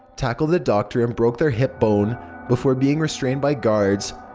tackled a doctor and broke their hipbone before being restrained by guards.